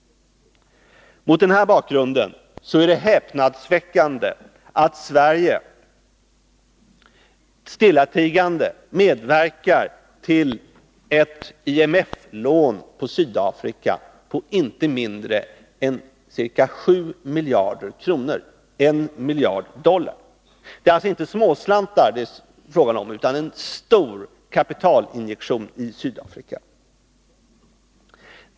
Mot den här bakgrunden är det häpnadsväckande att Sverige stillatigande medverkar till ett IMF-lån till Sydafrika på inte mindre än ca 7 miljarder kronor — 1 miljard dollar. Det är alltså inte småslantar det är fråga om utan en stor kapitalinjektion i Sydafrika.